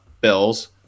Bills